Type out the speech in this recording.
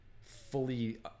fully